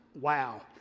wow